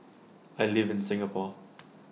I live in Singapore